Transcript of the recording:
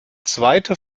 zweite